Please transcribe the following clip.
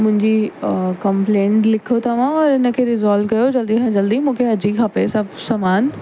मुंहिंजी कंप्लेंट लिखो तव्हां और उन खे रिजॉल्व कयो जल्दी खां जल्दी मूंखे अॼु ई खपे सभु सामानु